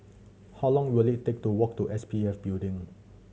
how long will it take to walk to S P F Building